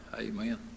Amen